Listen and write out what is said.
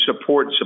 support